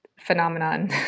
phenomenon